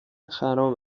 خراب